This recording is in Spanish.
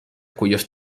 cuyos